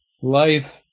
life